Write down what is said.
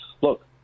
look